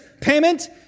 payment